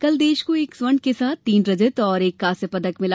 कल देश को एक स्वर्ण के साथ तीन रजत और एक कांस्य पदक मिला